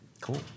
Cool